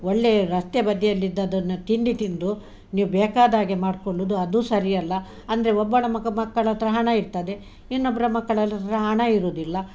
ಒಳ್ಳೆಯ ರಸ್ತೆ ಬದಿಯಲ್ಲಿದ್ದದ್ದನ್ನ ತಿಂಡಿ ತಿಂದು ನೀವು ಬೇಕಾದಾಗೆ ಮಾಡ್ಕೊಳ್ಳುದು ಅದು ಸರಿ ಅಲ್ಲ ಅಂದರೆ ಒಬ್ಬಳ ಮಕ ಮಕ್ಕಳ ಹತ್ರ ಹಣ ಇರ್ತದೆ ಇನ್ನೊಬ್ಬರ ಮಕ್ಕಳಲ್ಲಿ ಹಣ ಇರುದಿಲ್ಲ